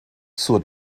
zur